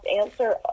answer